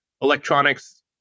electronics